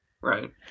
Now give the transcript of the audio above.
Right